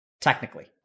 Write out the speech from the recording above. Technically